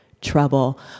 trouble